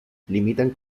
limitan